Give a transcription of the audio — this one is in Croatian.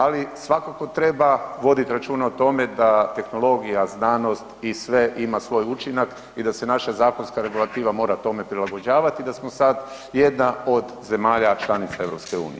Ali svakako treba voditi računa o tome da tehnologija, znanost i sve ima svoj učinak i da se naša zakonska regulativa mora tome prilagođavati i da smo sada jedna od zemalja članica Europske unije.